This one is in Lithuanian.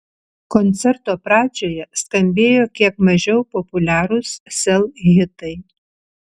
koncerto pradžioje skambėjo kiek mažiau populiarūs sel hitai